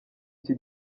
iki